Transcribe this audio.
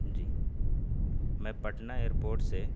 جی میں پٹنہ ایئرپوٹ سے